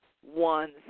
one